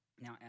Now